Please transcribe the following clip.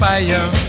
Fire